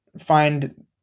find